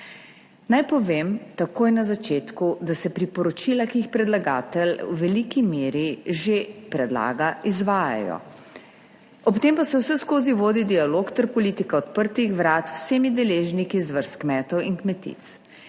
Naj povem takoj na začetku, da se priporočila, ki jih predlagatelj v veliki meri že predlagal, izvajajo, ob tem pa se vseskozi vodi dialog ter politika odprtih vrat z vsemi deležniki iz vrst kmetov in kmetic.